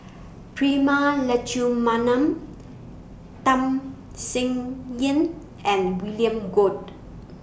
Prema Letchumanan Tham Sien Yen and William Goode